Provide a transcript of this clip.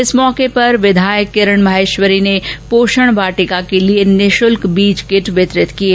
इस अवसर पर विधायक किरण माहेश्वरी ने पोषण वाटिका के लिए निःशुल्क बीज किट वितरित किये